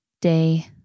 day